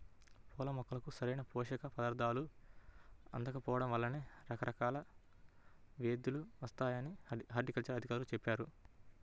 పూల మొక్కలకు సరైన పోషక పదార్థాలు అందకపోడం వల్లనే రకరకాల వ్యేదులు వత్తాయని హార్టికల్చర్ అధికారులు చెప్పారు